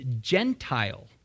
Gentile